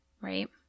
right